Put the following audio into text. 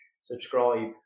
Subscribe